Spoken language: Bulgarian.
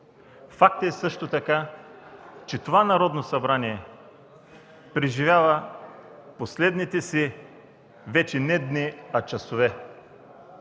Факт е също така, че това Народно събрание преживява последните си вече не дни, а часове.